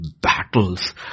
battles